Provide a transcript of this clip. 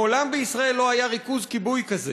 מעולם בישראל לא היה ריכוז כיבוי כזה: